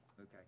Okay